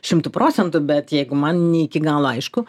šimtu procentų bet jeigu man ne iki galo aišku